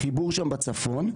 החיבור שם בצפון.